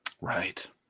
Right